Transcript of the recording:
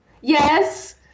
Yes